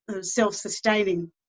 self-sustaining